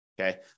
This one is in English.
okay